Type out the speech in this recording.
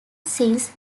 since